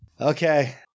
Okay